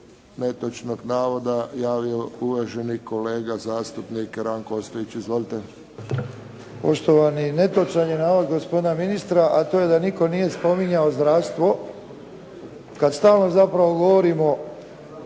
netočnog navoda javio uvaženi kolega zastupnik Ranko Ostojić. Izvolite. **Ostojić, Ranko (SDP)** Poštovani, netočan je navod gospodina ministra, a to je da nitko nije spominjao zdravstvo. Kad stalno zapravo govorimo